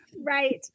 Right